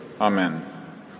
Amen